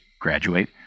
graduate